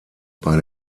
bei